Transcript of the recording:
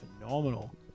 phenomenal